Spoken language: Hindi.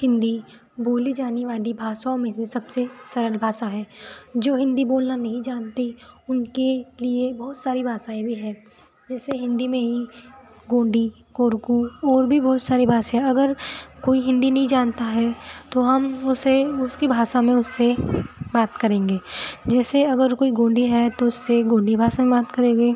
हिन्दी बोली जाने वाली भाषाओं में से सबसे सरल भाषा है जो हिन्दी बोलना नहीं जानते उनके लिए बहुत सारी भाषाऍं भी है जैसे हिन्दी में ही गोंडी कोरकू ओर भी बहुत सारी भाषा है अगर कोई हिन्दी नहीं जानता है तो हम उसे उसकी भाषा में उससे बात करेंगे जैसे अगर गोंडी है तो उससे गोंडी भाषा में बात करेंगे